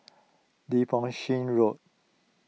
Devonshire Road